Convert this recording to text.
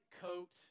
coat